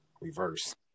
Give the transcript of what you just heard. reverse